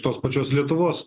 tos pačios lietuvos